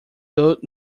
though